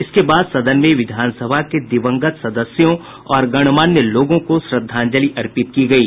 इसके बाद सदन में विधान सभा के दिवंगत सदस्यों और गणमान्य लोगों को श्रद्धांजलि अर्पित की गयी